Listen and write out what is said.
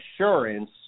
assurance